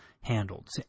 handled